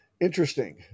Interesting